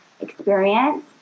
experience